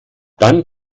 dann